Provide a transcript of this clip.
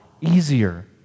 easier